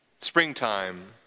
Springtime